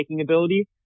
ability